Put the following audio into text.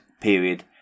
period